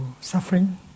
suffering